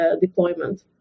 deployment